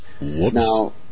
Now